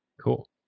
Cool